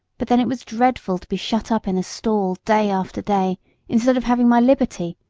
but then it was dreadful to be shut up in a stall day after day instead of having my liberty,